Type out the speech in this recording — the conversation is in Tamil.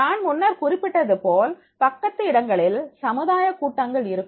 நான் முன்னர் குறிப்பிட்டது போல் பக்கத்து இடங்களில் சமுதாய கூட்டங்கள் இருக்கும்